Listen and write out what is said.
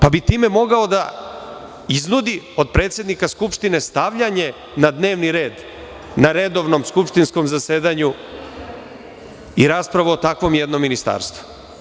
Pa bi time mogao da iznudi od predsednika Skupštine stavljanje na dnevni red na redovnom skupštinskom zasedanju i raspravu o jednom takvom ministarstvu.